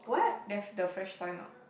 there's the fresh soy milk